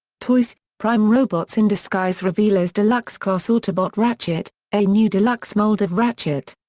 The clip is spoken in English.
toys prime robots in disguise revealers deluxe class autobot ratchet a new deluxe mold of ratchet.